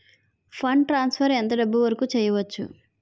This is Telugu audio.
ఫండ్ ట్రాన్సఫర్ ఎంత డబ్బు వరుకు చేయవచ్చు?